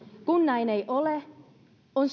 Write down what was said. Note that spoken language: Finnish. kun näin ei ole on